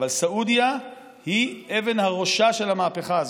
אבל סעודיה היא אבן הראשה של המהפכה הזאת.